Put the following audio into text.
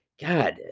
God